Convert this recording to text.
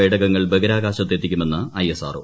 പേടകങ്ങൾ ബഹിർാകാശത്ത് എത്തിക്കുമെന്ന് I S R O